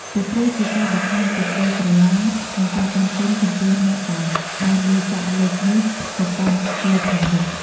ពីព្រោះ ជាការបង្ហាញពីក្តីស្រឡាញ់ និងការដឹងគុណចំពោះអ្នកដែលបានលាចាកលោកនេះទៅកាន់លោកខាងមុខ។